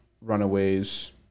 runaways